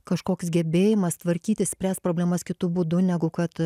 kažkoks gebėjimas tvarkytis spręst problemas kitu būdu negu kad